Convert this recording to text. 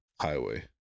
highway